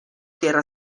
tierra